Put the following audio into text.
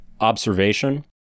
observation